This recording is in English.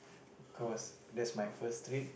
cause that's my first trip